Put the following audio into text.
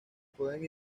pueden